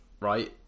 right